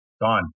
gone